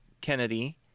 kennedy